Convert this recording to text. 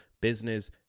business